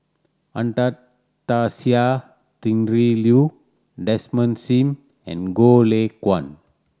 Anastasia Tjendri Liew Desmond Sim and Goh Lay Kuan